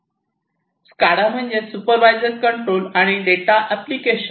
SCADA म्हणजे supervisor control आणि data application